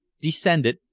descended,